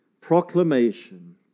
proclamation